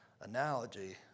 analogy